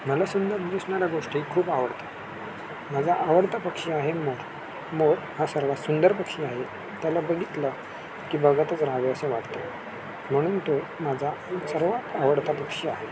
मला सुंदर दिसणाऱ्या गोष्टी खूप आवडतात माझा आवडता पक्षी आहे मोर मोर हा सर्वात सुंदर पक्षी आहे त्याला बघितलं की बघतच राहावे असं वाटते म्हणून तो माझा सर्वात आवडता पक्षी आहे